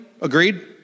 agreed